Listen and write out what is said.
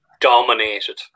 dominated